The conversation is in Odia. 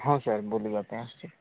ହଁ ସାର୍ ବୁଲିବା ପାଇଁ ଆସିଛି